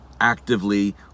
actively